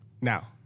Now